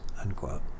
unquote